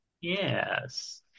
Yes